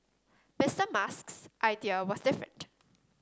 Mister Musk's idea was different